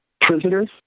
prisoners